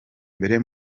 mbere